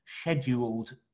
scheduled